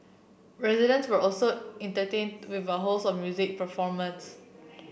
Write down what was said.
residents were also entertain with a host of music performance